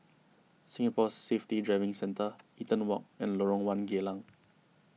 Singapore Safety Driving Centre Eaton Walk and Lorong one Geylang